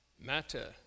matter